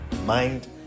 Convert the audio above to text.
mind